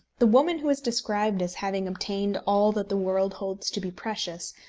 the woman who is described as having obtained all that the world holds to be precious,